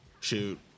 shoot